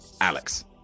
alex